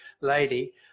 lady